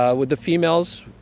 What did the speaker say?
ah with the females,